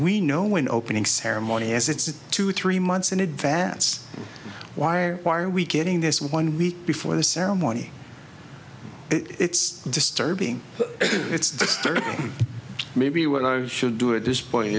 we know an opening ceremony as it's two or three months in advance why or why are we getting this one week before the ceremony it's disturbing it's third maybe what i should do at this point